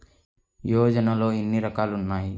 యోజనలో ఏన్ని రకాలు ఉన్నాయి?